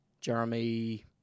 Jeremy